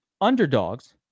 underdogs